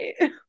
right